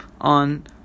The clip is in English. on